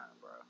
bro